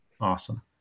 awesome